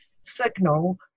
signal